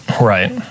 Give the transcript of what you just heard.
Right